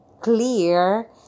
clear